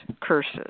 curses